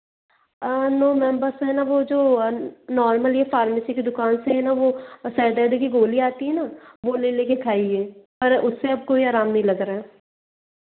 no ma'am बस है ना वह जो नॉर्मल या फ़ार्मेसी की दुकान से है ना वह और सर दर्द की गोली आती है ना वह ले लेकर खाई है पर उससे अब कोई आराम नहीं लग रहा है